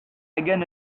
again